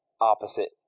opposite